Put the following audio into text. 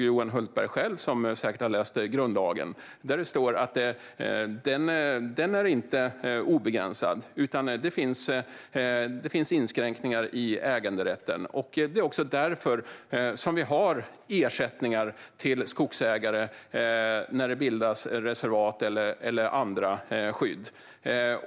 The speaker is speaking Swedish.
Johan Hultberg har säkert läst grundlagen och vet nog själv att äganderätten inte är obegränsad, utan det finns inskränkningar i den. Det är också därför som vi har ersättningar till skogsägare när det bildas reservat eller andra skydd.